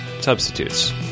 substitutes